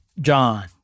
John